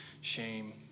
shame